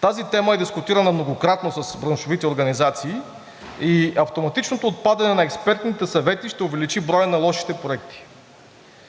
Тази тема е дискутирана многократно с браншовите организации и автоматичното отпадане на експертните съвети ще увеличи броя на лошите проекти.